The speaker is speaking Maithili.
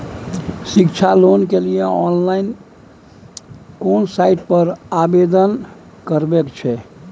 शिक्षा लोन के लिए ऑनलाइन केना साइट पर आवेदन करबैक छै?